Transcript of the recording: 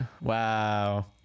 wow